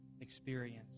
experience